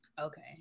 Okay